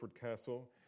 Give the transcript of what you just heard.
Castle